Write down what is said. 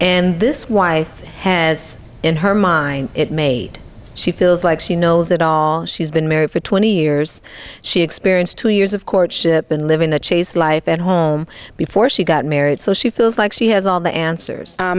and this wife has in her mind it made she feels like she knows it all she's been married for twenty years she experienced two years of courtship and living a chase life at home before she got married so she feels like she has all the answers